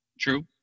True